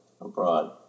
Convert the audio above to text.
abroad